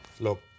look